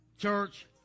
Church